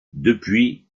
depuis